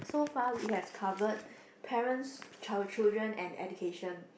so far we've covered parent's child children and education